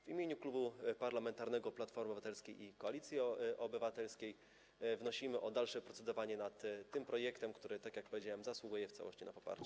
W imieniu Klubu Parlamentarnego Platforma Obywatelska - Koalicja Obywatelska wnosimy o dalsze procedowanie nad tym projektem, który - tak jak powiedziałem - zasługuje w całości na poparcie.